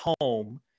home